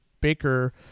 baker